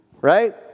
Right